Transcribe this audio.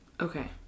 Okay